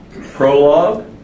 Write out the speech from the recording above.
Prologue